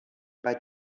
bei